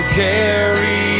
carry